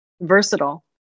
versatile